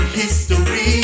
history